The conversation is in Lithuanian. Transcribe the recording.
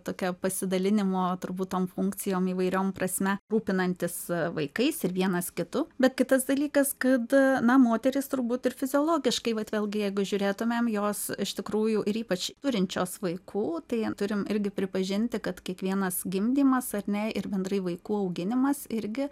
tokia pasidalinimo turbūt tom funkcijom įvairiom prasme rūpinantis vaikais ir vienas kitu bet kitas dalykas kad na moterys turbūt ir fiziologiškai vat vėlgi jeigu žiūrėtumėm jos iš tikrųjų ir ypač turinčios vaikų tai turim irgi pripažinti kad kiekvienas gimdymas ar ne ir bendrai vaikų auginimas irgi